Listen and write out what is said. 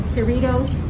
Cerritos